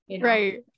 Right